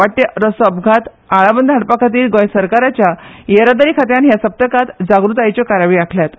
वाडटे रस्तो अपघात आळाबंद हाडपा खातीर गोंय सरकाराच्या येरादारी खात्यान ह्या सप्तकांत जागूतायेच्यो कार्यावळी आंखल्यात